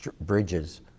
bridges